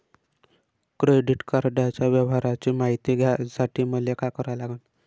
Credit कार्डाच्या व्यवहाराची मायती घ्यासाठी मले का करा लागन?